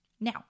Now